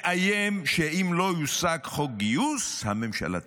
מאיים שאם לא יושג חוק גיוס הממשלה תיפול.